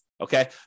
Okay